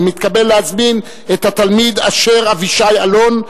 אני מתכבד להזמין את התלמיד אשר אבישי אלון,